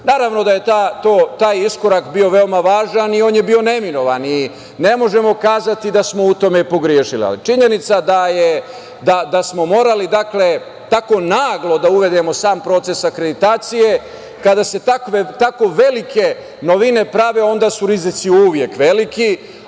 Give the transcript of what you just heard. Naravno, da je taj iskorak bio veoma važan i on je bio neminovan. Ne možemo reći da smo u tome pogrešili. Činjenica da smo morali tako naglo da uvedemo sam proces akreditacije, kada se tako velike novine prave, onda su rizici uvek veliki,